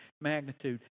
magnitude